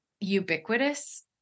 ubiquitous